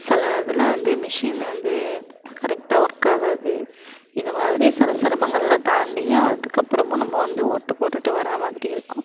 சில இதில் வந்து மிஷின் வந்து கரெக்டாக ஒர்க் ஆகாது இதுமாதிரி சில சிரமங்கள்லாம் தாண்டியும் அதுக்கப்புறமும் நம்ம வந்து ஓட்டு போட்டுட்டு வரமாதிரி இருக்கும்